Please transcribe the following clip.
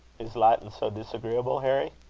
is latin so disagreeable, harry?